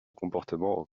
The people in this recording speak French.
comportement